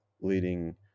leading